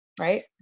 right